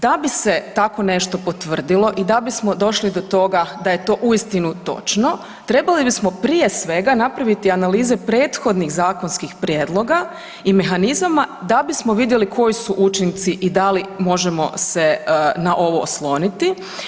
Da bi se tako nešto potvrdilo i da bismo došli do toga da je to uistinu točno trebalo bismo prije svega napraviti analize prethodnih zakonskih prijedloga i mehanizama da bismo vidjeli koji su učinci i da li možemo se na ovo osloniti.